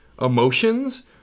emotions